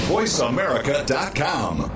VoiceAmerica.com